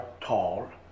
tall